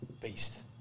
beast